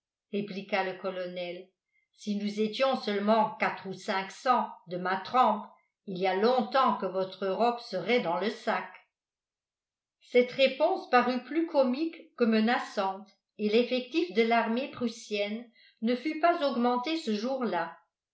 le colonel si nous étions seulement quatre ou cinq cents de ma trempe il y a longtemps que votre europe serait dans le sac cette réponse parut plus comique que menaçante et l'effectif de l'armée prussienne ne fut pas augmenté ce jour-là